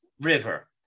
River